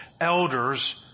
elders